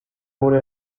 wurde